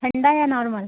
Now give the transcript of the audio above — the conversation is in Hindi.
ठंडा या नॉर्मल